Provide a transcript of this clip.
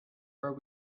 are